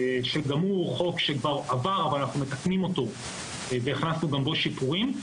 שגם הוא חוק שכבר עבר אבל אנחנו מתקנים אותו והכנסנו גם בו שיפורים.